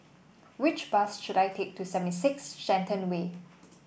which bus should I take to Seventy Six Shenton Way